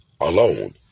alone